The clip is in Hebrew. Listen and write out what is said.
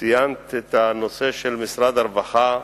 ציינת את הנושא של משרד הרווחה,